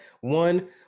one